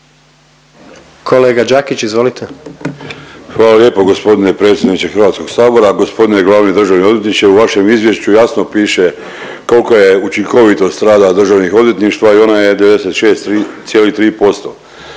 **Đakić, Josip (HDZ)** Hvala lijepa gospodine predsjedniče Hrvatskog sabora. Gospodine glavni državni odvjetničke, u vašem izvješću jasno piše kolika je učinkovitost rada državnih odvjetništva i ona je 96,3%.